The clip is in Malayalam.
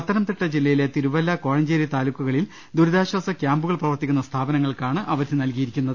പത്തനംതിട്ട ജില്ലയിലെ തിരുവല്ല കോഴഞ്ചേരി താലൂക്കുകളിൽ ദുരിതാശ്ചാസ കൃാമ്പുകൾ പ്രവർത്തിക്കുന്ന സ്ഥാപനങ്ങൾക്കാണ് അവധി നൽകിയിരിക്കുന്നത്